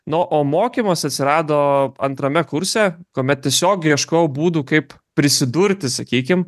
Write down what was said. na o mokymas atsirado antrame kurse kuomet tiesiog ieškojau būdų kaip prisidurti sakykim